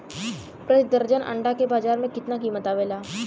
प्रति दर्जन अंडा के बाजार मे कितना कीमत आवेला?